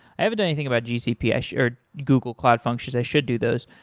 i haven't done anything about gcp or google cloud functions. i should do those.